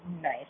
Nice